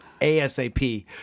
ASAP